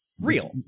Real